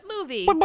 movie? (